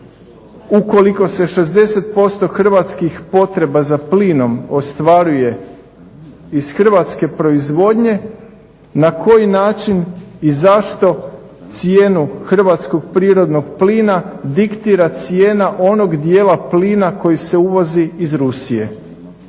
ukoliko se 60% hrvatskih potreba za plinom ostvaruje iz hrvatske proizvodnje na koji način i zašto cijenu hrvatskog prirodnog plina diktira cijena onog dijela plina koji se uvozi iz Rusije.